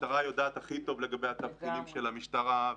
המשטרה יודעת הכי טוב לגבי התבחינים של המשטרה,